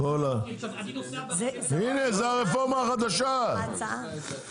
הנה זה הרפורמה החדשה,